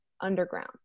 underground